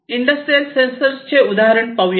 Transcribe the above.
industrial sensors चे उदाहरण पाहूया